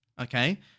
okay